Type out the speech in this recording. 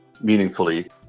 meaningfully